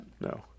No